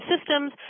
systems